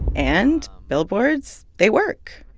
and billboards, they work.